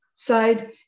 side